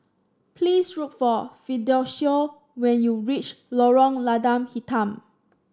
please look for Fidencio when you reach Lorong Lada Hitam